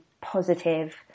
positive